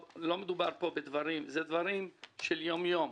אלה דברים של יום-יום.